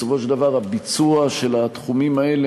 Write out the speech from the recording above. בסופו של דבר הביצוע של התחומים האלה